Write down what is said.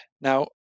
Now